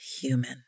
human